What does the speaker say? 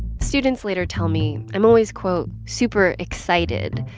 students later tell me i'm always, quote, super excited,